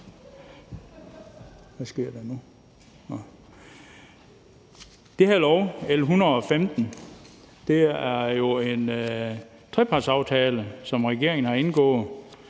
Det her lovforslag, L 115, udmønter jo en trepartsaftale, som regeringen har indgået.